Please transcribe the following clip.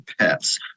pets